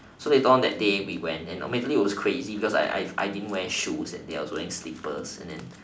so later on that day we went and actually it was crazy because I I I didn't wear shoes that day I was wearing slippers and then